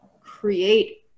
create